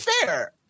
fair